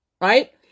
right